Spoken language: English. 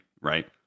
right